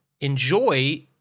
enjoy